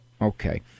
Okay